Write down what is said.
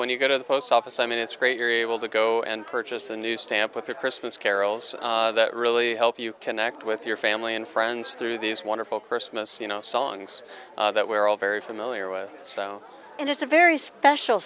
when you go to the post office i mean it's great you're able to go and purchase a new stamp with a christmas carols that really help you connect with your family and friends through these wonderful christmas you know songs that we're all very familiar with and it's a very special